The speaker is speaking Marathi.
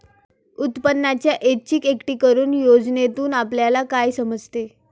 उत्पन्नाच्या ऐच्छिक प्रकटीकरण योजनेतून आपल्याला काय समजते?